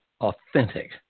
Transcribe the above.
authentic